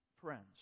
Friends